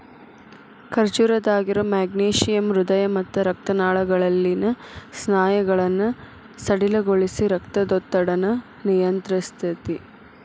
ಖರ್ಜೂರದಾಗಿರೋ magnesium ಹೃದಯ ಮತ್ತ ರಕ್ತನಾಳಗಳಲ್ಲಿನ ಸ್ನಾಯುಗಳನ್ನ ಸಡಿಲಗೊಳಿಸಿ, ರಕ್ತದೊತ್ತಡನ ನಿಯಂತ್ರಸ್ತೆತಿ